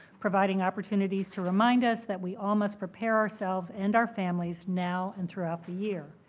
providing opportunities to remind us that we all must prepare ourselves and our families now and throughout the year.